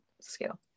scale